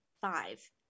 five